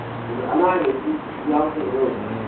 ꯑꯗꯣ ꯑꯅꯥ ꯑꯌꯦꯛꯇꯤ ꯌꯥꯎꯗꯕꯔꯣ